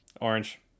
Orange